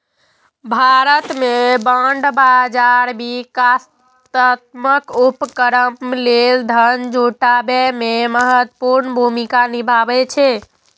भारत मे बांड बाजार विकासात्मक उपक्रम लेल धन जुटाबै मे महत्वपूर्ण भूमिका निभाबै छै